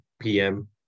pm